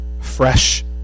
fresh